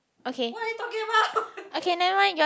okay okay never mind just